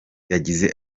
yagize